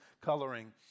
coloring